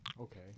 Okay